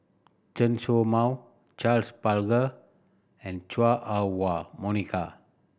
Chen Show Mao Charles Paglar and Chua Ah Huwa Monica